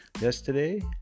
Yesterday